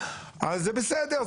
אז זה בסדר,